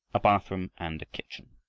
a bathroom, and a kitchen.